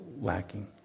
lacking